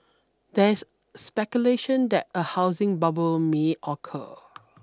there's speculation that a housing bubble may occur